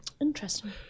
Interesting